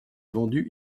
vendues